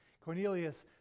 Cornelius